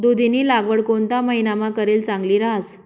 दुधीनी लागवड कोणता महिनामा करेल चांगली रहास